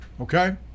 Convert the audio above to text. okay